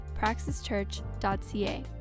praxischurch.ca